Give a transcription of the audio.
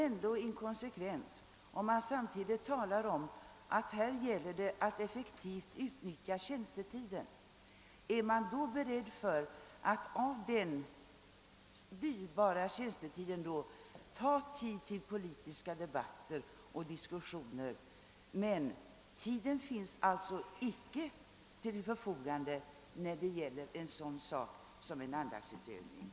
Herr Göransson talar om att tjänstetiden skall utnyttjas effektivt men samtidigt är han beredd att förlägga politiska debatter till tjänstetid, medan det däremot inte skulle finnas någon tid till förfogande för en andaktsstund. Det är sannerligen inkonsekvent!